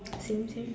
same same